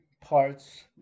parts